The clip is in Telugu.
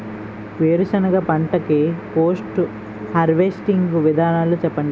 వేరుసెనగ పంట కి పోస్ట్ హార్వెస్టింగ్ విధానాలు చెప్పండీ?